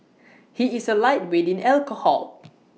he is A lightweight in alcohol